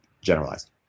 generalized